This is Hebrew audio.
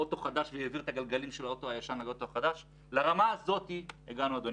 ראשית, אדוני